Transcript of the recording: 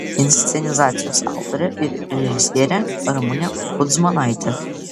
inscenizacijos autorė ir režisierė ramunė kudzmanaitė